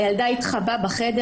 הילדה התחבאה בחדר.